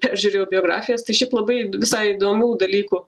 peržiūrėjau biografijas tai šiaip labai visai įdomių dalykų